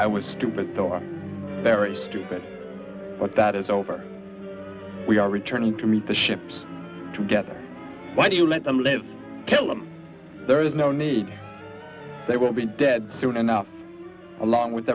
i was stupid very stupid but that is over we are returning to meet the ships together why do you let them live till i'm there is no need they will be dead soon enough along with